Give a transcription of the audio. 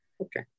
okay